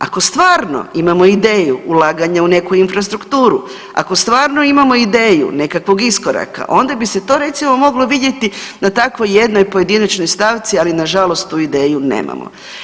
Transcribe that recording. Ako stvarno imamo ideju ulaganja u neku infrastrukturu, ako stvarno imamo ideju nekakvog iskoraka onda bi se to recimo moglo vidjeti na takvoj jednoj pojedinačnoj stavci ali na žalost tu ideju nemamo.